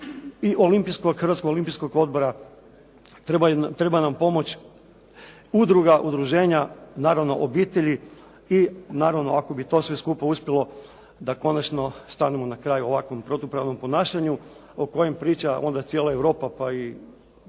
i Hrvatskog olimpijskog odbora. Treba nam pomoć udruga udruženja naravno obitelji i naravno ako bi to sve skupa uspjelo da konačno stanemo na kraj ovakvom protupravnom ponašanju o kojem priča onda cijela Europa, pa i